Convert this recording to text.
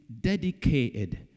dedicated